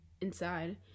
inside